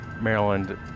Maryland